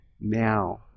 now